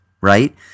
right